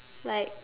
like